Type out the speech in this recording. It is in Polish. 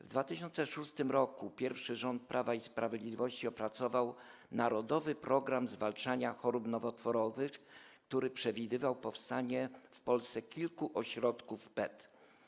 W 2006 r. pierwszy rząd Prawa i Sprawiedliwości opracował „Narodowy program zwalczania chorób nowotworowych”, który przewidywał powstanie w Polsce kilku ośrodków PET.